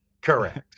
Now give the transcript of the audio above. Correct